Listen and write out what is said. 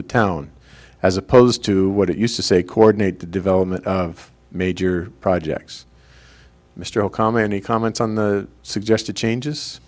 the town as opposed to what it used to say coordinate the development of major projects mr okama any comments on the suggested changes